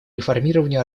реформированию